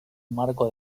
marco